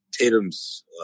Tatum's